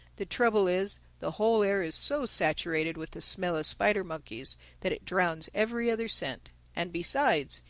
the trouble is, the whole air is so saturated with the smell of spider-monkeys that it drowns every other scent and besides,